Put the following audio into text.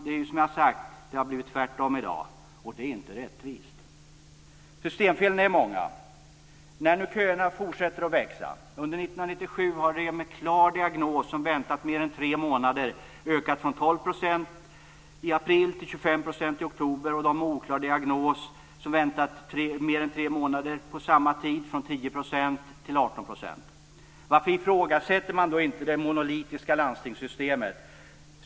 Det är, som jag sagt, tvärtom i dag och det är inte rättvist. Systemfelen är många. Köerna fortsätter att växa. Under 1997 har det när det gäller dem som har en klar diagnos och som väntat mer än tre månader skett en ökning från 12 % i april till 25 % i oktober. När det gäller dem som har en oklar diagnos och som väntat mer än tre månader har det under samma tid skett en ökning från 10 % till 18 %. Varför ifrågasätter man då inte det monolitiska landstingsystemet?